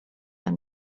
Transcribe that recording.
tak